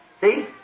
See